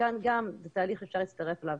כאן גם זה תהליך שאפשר להצטרף אליו.